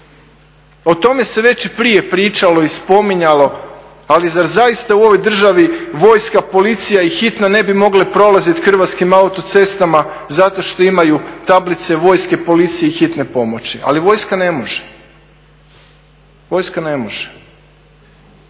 O tome se već i prije pričalo i spominjalo, ali zar zaista u ovoj državi vojska, policija i hitna ne bi mogle prolaziti Hrvatskim autocestama zato što imaju tablice vojske, policije i hitne pomoći? Ali vojska ne može. Pa onda nema